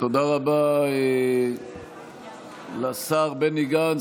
תודה רבה לשר בני גנץ.